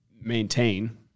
maintain